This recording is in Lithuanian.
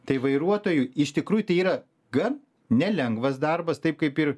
tai vairuotojų iš tikrųjų tai yra gan nelengvas darbas taip kaip ir